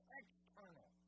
external